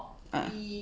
uh